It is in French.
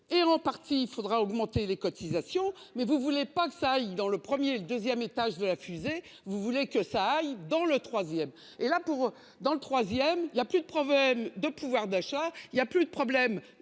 et en partie il faudra augmenter les cotisations. Mais vous voulez pas que ça aille dans le 1er et le 2ème étage de la fusée. Vous voulez que ça aille dans le. Et là pour dans le troisième il y a plus de problème de pouvoir d'achat, il y a plus de problème